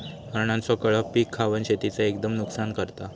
हरणांचो कळप पीक खावन शेतीचा एकदम नुकसान करता